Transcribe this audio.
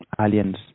aliens